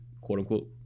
quote-unquote